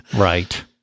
Right